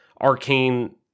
Arcane